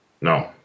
No